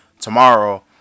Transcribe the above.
tomorrow